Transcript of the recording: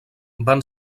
van